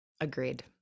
agreed